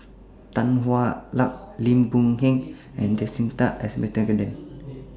Tan Hwa Luck Lim Boon Heng and Jacintha Abisheganaden